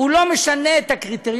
הוא לא משנה את הקריטריונים,